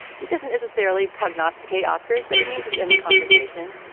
which doesn't necessarily prognosticate oscars, but it means it's in the conversation.